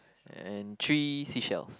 and three seashells